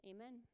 Amen